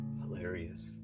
hilarious